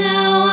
Now